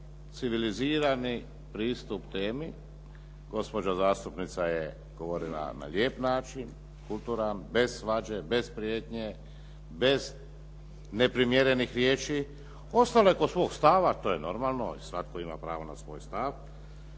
civilizirani pristup temi. Gospođa zastupnica je govorila na lijep način, kulturan, bez svađe, bez prijetnje, bez neprimjerenih riječi. Ostala je kod svog stava, to je normalno, svatko ima pravo na svoj stav